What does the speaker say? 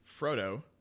Frodo